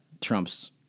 Trump's